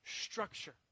structure